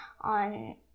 on